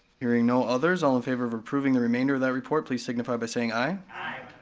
hearing no others, all in favor of approving the remainder of that report, please signify by saying aye. aye.